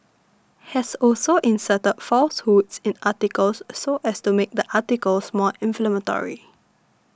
has also inserted falsehoods in articles so as to make the articles more inflammatory